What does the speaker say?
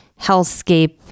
hellscape